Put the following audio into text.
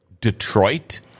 Detroit